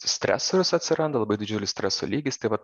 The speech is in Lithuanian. stresorius atsiranda labai didžiulis streso lygis tai vat